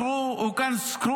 (אומר